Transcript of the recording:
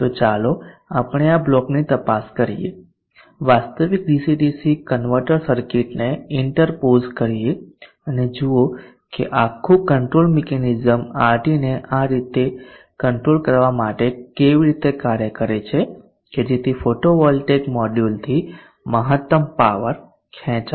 તો ચાલો આપણે આ બ્લોકની તપાસ કરીએ વાસ્તવિક ડીસી ડીસી કન્વર્ટર સર્કિટને ઇન્ટર્પોઝ કરીએ અને જુઓ કે આ આખું કંટ્રોલ મિકેનિઝમ RTને આ રીતે કંટ્રોલ કરવા માટે કેવી રીતે કાર્ય કરે છે કે જેથી ફોટોવોલ્ટેઇક મોડ્યુલથી મહત્તમ પાવર ખેંચાય